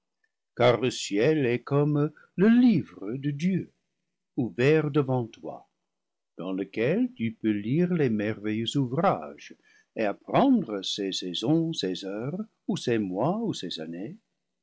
car le ciel est comme le livre de dieu ouvert devant toi dans lequel tu peux lire ses merveilleux ouvrages et apprendre ses saisons ses heures ou ses mois ou ses années